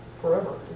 forever